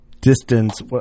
distance